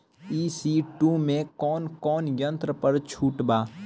ई.सी टू मै कौने कौने यंत्र पर छुट बा?